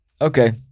Okay